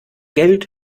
geld